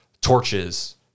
torches